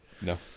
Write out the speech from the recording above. no